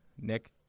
Nick